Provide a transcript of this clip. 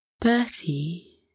Bertie